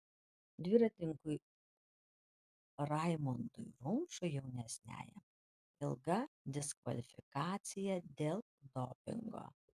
dviratininkui raimondui rumšui jaunesniajam ilga diskvalifikacija dėl dopingo